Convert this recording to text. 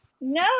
No